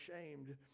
ashamed